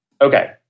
Okay